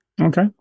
Okay